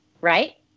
right